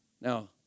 Now